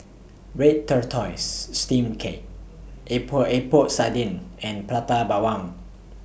Red Tortoise Steamed Cake Epok Epok Sardin and Prata Bawang